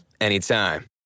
anytime